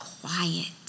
quiet